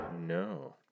no